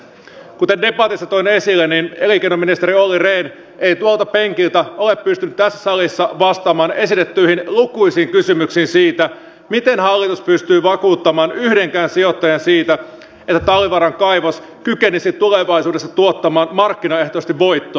kuten debatissa toin esille elinkeinoministeri olli rehn ei tuolta penkiltä ole pystynyt tässä salissa vastaamaan esitettyihin lukuisiin kysymyksiin siitä miten hallitus pystyy vakuuttamaan yhdenkään sijoittajan siitä että talvivaaran kaivos kykenisi tulevaisuudessa tuottamaan markkinaehtoisesti voittoa